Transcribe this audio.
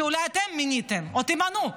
שאולי אתם מיניתם או תמנו,